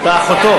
באחותו.